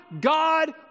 God